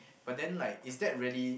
but then like is that really